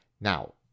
now